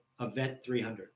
event300